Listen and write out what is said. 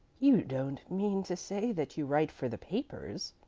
you don't mean to say that you write for the papers?